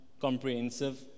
comprehensive